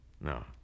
No